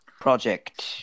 project